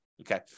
Okay